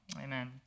Amen